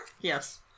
Yes